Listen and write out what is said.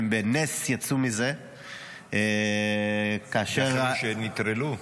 הם בנס יצאו מזה כאשר --- החבר'ה שנטרלו?